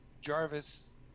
Jarvis